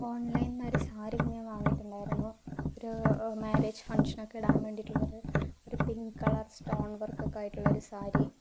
ഓൺലൈനിൽ നിന്ന് ഒരു സാരി ഞാൻ വാങ്ങിയിട്ടുണ്ടായിരുന്നു ഒരു മാരേജ് ഫങ്ക്ഷനോക്കെ ഇടാൻവേണ്ടിയിട്ടുള്ളൊരു ഒരു പിങ്ക് കളർ സ്റ്റോൺ വർക്കൊക്കെ ആയിട്ടുള്ളൊരു സാരി